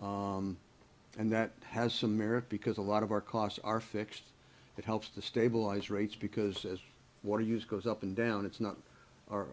and that has some merit because a lot of our costs are fixed it helps to stabilize rates because as water use goes up and down it's not